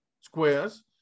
squares